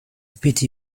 pity